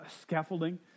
scaffolding